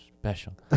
special